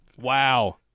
Wow